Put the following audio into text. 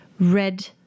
Red